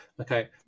okay